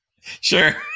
Sure